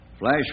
Flash